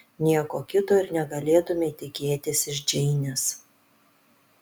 nieko kito ir negalėtumei tikėtis iš džeinės